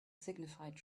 signified